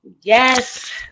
Yes